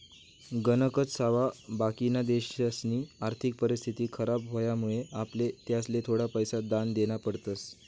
गणकच सावा बाकिना देशसनी आर्थिक परिस्थिती खराब व्हवामुळे आपले त्यासले थोडा पैसा दान देना पडतस